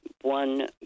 one